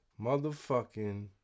motherfucking